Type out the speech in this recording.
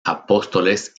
apóstoles